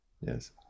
Yes